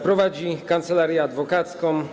Prowadzi kancelarię adwokacką.